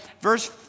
Verse